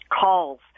calls